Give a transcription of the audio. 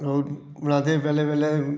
ओह् बनांदे हे पैहलें पैहलें